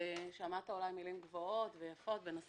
שמעת אולי מילים גבוהות ויפות בנושא